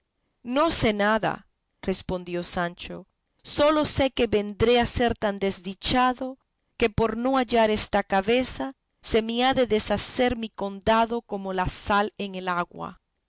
no sé nada respondió sancho sólo sé que vendré a ser tan desdichado que por no hallar esta cabeza se me ha de deshacer mi condado como la sal en el agua